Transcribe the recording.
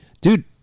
dude